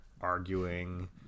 arguing